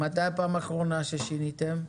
מתי הפעם האחרונה ששיניתם?